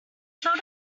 felt